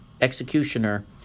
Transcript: executioner